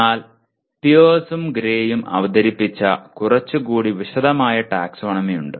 എന്നാൽ പിയേഴ്സും ഗ്രേയും അവതരിപ്പിച്ച കുറച്ചുകൂടി വിശദമായ ടാക്സോണമി ഉണ്ട്